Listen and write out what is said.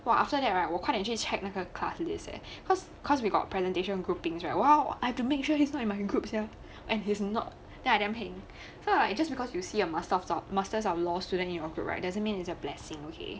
!wah! after that ah 我快点去 check 那个 class list leh cause cause we got presentation groupings right well I do make sure he's not in my group sia and hes not then I am damn heng so like just because you see a master of thought masters of law student in your group right doesn't mean is a blessing okay